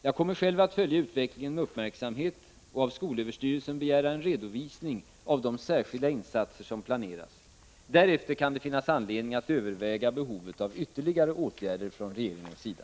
Jag kommer själv att följa utvecklingen med uppmärksamhet och av skolöverstyrelsen begära en redovisning av de särskilda insatser som planeras. Därefter kan det finnas anledning att överväga behovet av ytterligare åtgärder från regeringens sida.